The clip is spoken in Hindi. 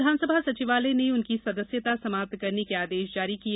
विधानसभा सचिवालय ने उनकी सदस्यता समाप्त करने के आदेश जारी किए